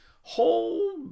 whole